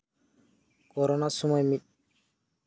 corona ᱥᱚᱢᱚᱭ ᱢᱤᱫ